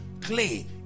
clay